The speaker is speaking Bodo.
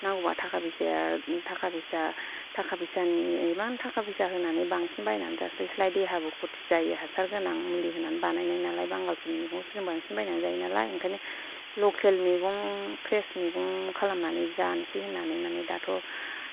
नांगौबा थाखा फैसाया थाखा फैसा थाखा फैसानि इमान थाखा फैसा होनानै बांसिन बायनानै जास्लायस्लाय देहाबो खथि जायो हासार गोनां मुलि होनानै बानायनाय नालाय बांगालफोरनि मैगंखौसो जों बांसिन बायनानै जायो नालाय ओंखायनो लकेल मैगं फ्रेस मैगं खालामनानै जानसै होननानै माने दाथ'